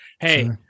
Hey